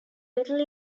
little